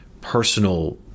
personal